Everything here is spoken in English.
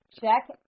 check